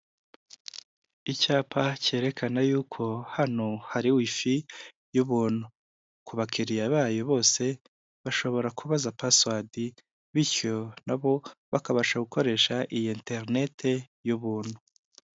Icyapa cyerekana yuko hano hari wifi y'ubuntu, ku bakiriya bayo bose bashobora kubaza password, bityo nabo bakabasha gukoresha iyi interineti y'ubuntu.